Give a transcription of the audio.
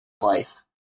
life